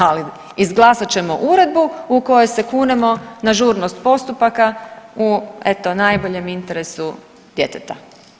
Ali izglasat ćemo uredbu u kojoj se kunemo na žurnost postupaka u eto najboljem interesu djeteta.